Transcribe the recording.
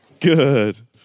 Good